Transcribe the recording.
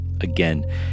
again